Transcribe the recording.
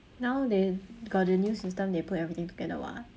now they got the new system they put everything together [what]